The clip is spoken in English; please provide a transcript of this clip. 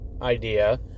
Idea